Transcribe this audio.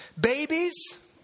Babies